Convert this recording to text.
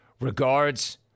Regards